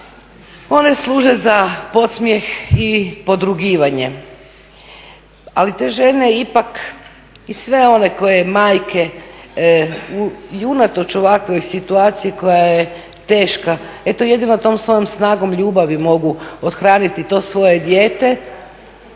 one služe za podsmijeh i podrugivanje. Ali te žene ipak i sve one majke koje unatoč ovakvoj situaciji koja je teška eto jedino tom svojom snagom ljubavi mogu othraniti to svoje dijete